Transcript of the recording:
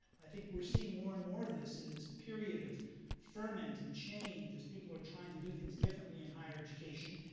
i think we're seeing more and more of this in this period of ferment and change as people are trying to do things differently in higher education.